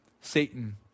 Satan